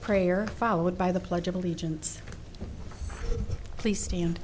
prayer followed by the pledge of allegiance please stand